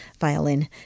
violin